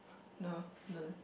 no lol